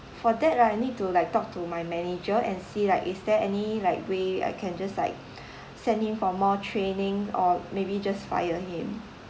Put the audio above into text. for that right I need to like talk to my manager and see like is there any like way I can just like send him for more training or maybe just fire him